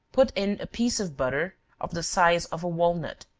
put in a piece of butter, of the size of a walnut,